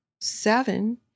seven